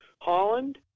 Holland